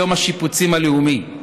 ליום השיפוצים הלאומי,